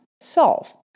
solve